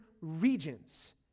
regions